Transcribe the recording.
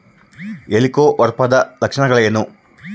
ಹೆಲಿಕೋವರ್ಪದ ಲಕ್ಷಣಗಳೇನು?